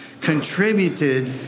contributed